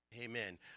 Amen